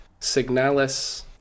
Signalis